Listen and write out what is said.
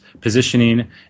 positioning